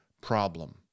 problem